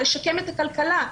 לשקם את הכלכלה.